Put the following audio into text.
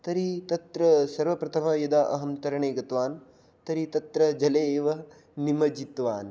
तर्हि तत्र सर्वप्रथमं यदा अहं तरणे गतवान् तर्हि तत्र जले एव निमज्जितवान्